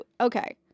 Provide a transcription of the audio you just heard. Okay